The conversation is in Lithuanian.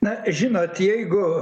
na žinot jeigu